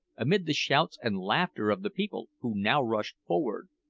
amid the shouts and laughter of the people, who now rushed forward.